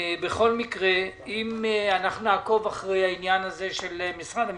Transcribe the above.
בכל מקרה אנחנו נעקוב אחר העניין הזה של משרד המשפטים,